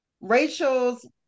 rachel's